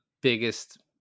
biggest